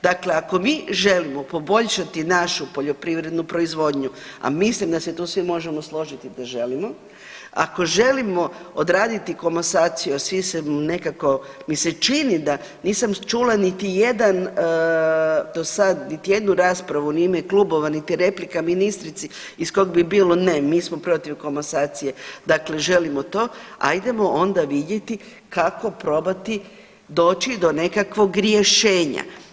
Dakle, ako mi želimo poboljšati našu poljoprivrednu proizvodnju, a mislim da se tu svi možemo složiti da želimo, ako želimo odraditi komasaciju, a svi se nekako mi se čini da nisam čula niti jedan do sad niti jednu raspravu ni u ime klubova niti replika ministrici iz kog bi bilo ne, mi smo protiv komasacije, dakle želimo to, ajdemo onda vidjeti kako probati doći do nekakvog rješenja.